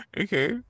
okay